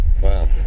Wow